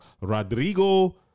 Rodrigo